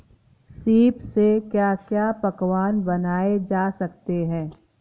सीप से क्या क्या पकवान बनाए जा सकते हैं?